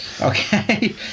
Okay